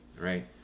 right